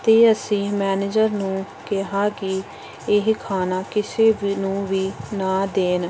ਅਤੇ ਅਸੀਂ ਮੈਨੇਜਰ ਨੂੰ ਕਿਹਾ ਕਿ ਇਹ ਖਾਣਾ ਕਿਸੇ ਵੀ ਨੂੰ ਵੀ ਨਾ ਦੇਣ